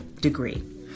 degree